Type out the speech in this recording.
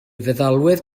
feddalwedd